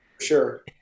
sure